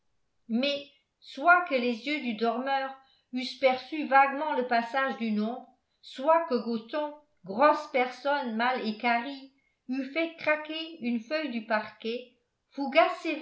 mais soit que les yeux du dormeur eussent perçu vaguement le passage d'une ombre soit que gothon grosse personne mal équarrie eût fait craquer une feuille du parquet fougas